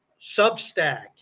Substack